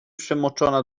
przemoczona